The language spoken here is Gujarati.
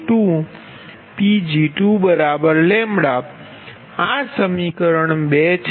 002Pg2λ આ સમીકરણ છે